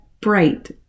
bright